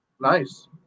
Nice